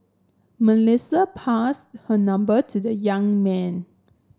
Melissa passed her number to the young man